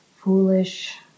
foolish